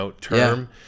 term